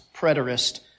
preterist